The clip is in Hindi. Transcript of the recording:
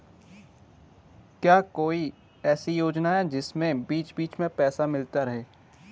क्या कोई ऐसी योजना है जिसमें बीच बीच में पैसा मिलता रहे?